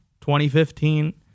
2015